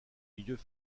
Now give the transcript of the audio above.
milieux